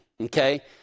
okay